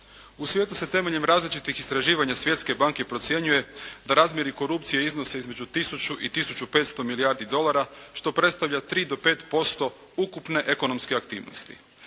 U svijetu se temeljem različitih istraživanja Svjetske banke procjenjuje da razmjeri korupcije iznose između tisuću i tisuću i 500 milijardi dolara što predstavlja 3 do 5% ukupne ekonomske aktivnosti.